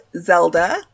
Zelda